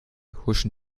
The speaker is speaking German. huschen